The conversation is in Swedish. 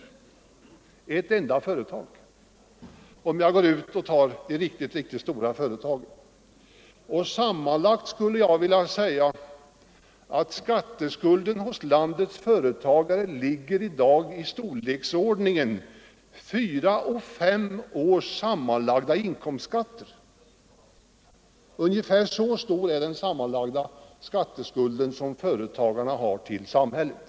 Detta gäller de riktigt stora företagen. Jag vill hävda att den sammanlagda skatteskulden hos landets företagare i dag ligger i den storleksordningen att den motsvarar fyra fem års sammanlagda inkomstskatter. Ungefär så stor är den sammanlagda skatteskuld som företagarna har till samhället.